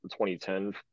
2010